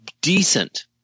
decent